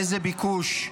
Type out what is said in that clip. איזה ביקוש,